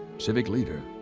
civic leader,